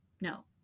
No